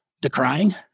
decrying